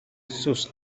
sus